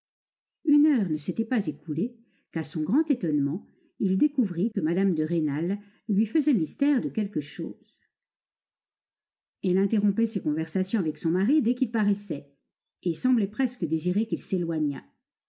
une heure ne s'était pas écoulée qu'à son grand étonnement il découvrit que mme de rênal lui faisait mystère de quelque chose elle interrompait ses conversations avec son mari dès qu'il paraissait et semblait presque désirer qu'il s'éloignât